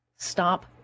Stop